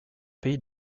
pays